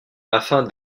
afin